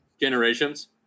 Generations